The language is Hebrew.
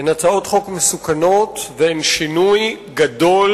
הן הצעות חוק מסוכנות והן שינוי גדול